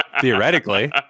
theoretically